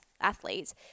athletes